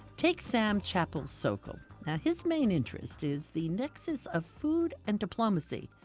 take sam chapple-sokol his main interest is the nexus of food and diplomacy,